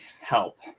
help